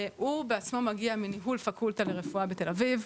הוא בעצמו מגיע מניהול פקולטה לרפואה בתל אביב,